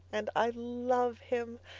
and i love him.